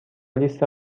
لیست